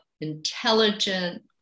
intelligent